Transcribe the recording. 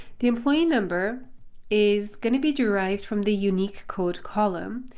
the employee number is going to be derived from the unique code column.